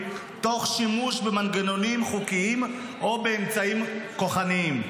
תוך שימוש במנגנונים חוקיים או באמצעים כוחניים.